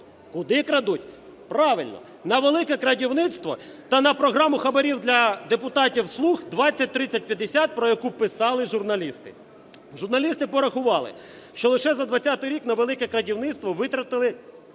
Куди крадуть? Правильно, на "велике крадівництво" та на програму хабарів для депутатів "слуг" "20-30-50", про яку писали журналісти. Журналісти порахували, що лише за 20-й рік на "велике крадівництво" витратили